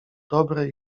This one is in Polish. dobre